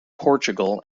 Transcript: portugal